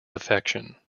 affection